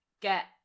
get